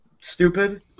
stupid